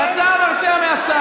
זה לא נכון?